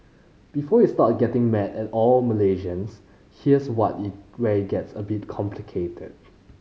before you start getting mad at all Malaysians here's what it where it gets a bit complicated